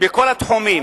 בכל התחומים,